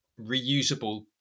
reusable